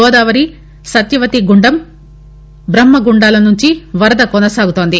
గోదావరి సత్యవతిగుండం బ్రహ్మగుండాల నుంచి వరద కొనసాగుతుంది